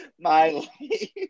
Miley